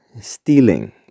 stealing